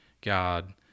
God